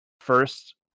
first